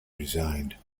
resigned